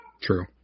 True